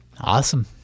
Awesome